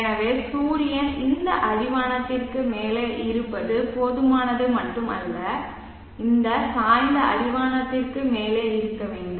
எனவே சூரியன் இந்த அடிவானத்திற்கு மேலே இருப்பது போதுமானது மட்டுமல்ல இந்த சாய்ந்த அடிவானத்திற்கு மேலே இருக்க வேண்டும்